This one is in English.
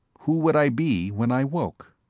who would i be when i woke?